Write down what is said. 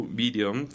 medium